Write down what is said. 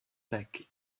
back